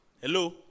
hello